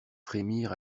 frémir